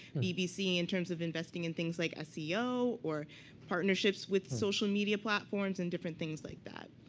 bbc, in terms of investing in things like seo, or partnerships with social media platforms, and different things like that?